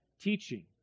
teaching